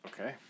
Okay